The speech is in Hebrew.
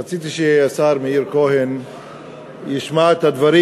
רציתי שהשר מאיר כהן ישמע את הדברים.